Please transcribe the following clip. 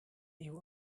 you